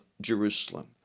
jerusalem